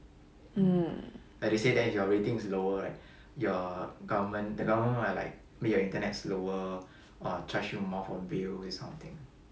mm